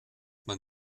man